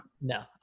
No